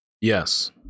yes